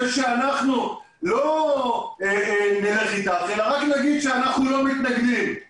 שאנחנו לא נלך אתם אלא רק נגיד שאנחנו לא מתנגדים לתהליך.